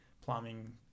plumbing